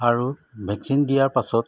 আৰু ভেকচিন দিয়াৰ পাছত